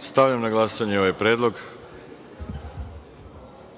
Arsić** Stavljam na glasanje ovaj